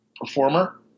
performer